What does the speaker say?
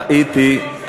פתרון אמיתי.